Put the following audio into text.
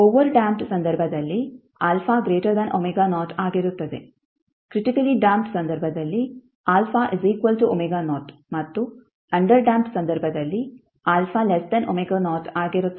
over damped ಸಂದರ್ಭದಲ್ಲಿ ಆಗಿರುತ್ತದೆ critically damped ಸಂದರ್ಭದಲ್ಲಿ ಮತ್ತು ಅಂಡರ್ ಡ್ಯಾಂಪ್ಡ್ ಸಂದರ್ಭದಲ್ಲಿ ಆಗಿರುತ್ತದೆ